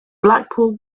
blackpool